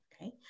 Okay